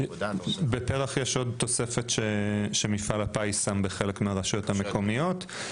בפרח יש עוד תוספת שמפעל הפיס שם בחלק מהרשויות המקומיות,